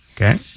Okay